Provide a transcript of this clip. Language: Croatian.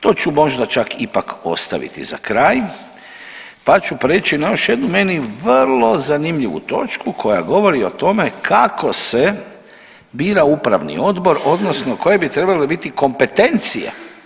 To ću možda čak ipak ostaviti za kraj, pa ću preći na još jednu meni vrlo zanimljivu točku koja govori o tome kako se bira upravni odbor odnosno koje bi trebale biti kompetencije.